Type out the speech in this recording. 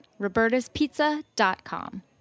Roberta'spizza.com